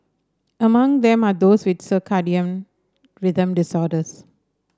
among them are those with circadian rhythm disorders